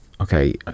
okay